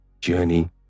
journey